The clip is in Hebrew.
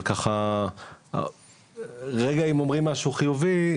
אבל ככה רגע אם אומרים משהו חיובי,